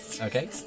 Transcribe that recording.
Okay